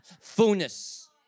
fullness